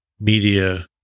media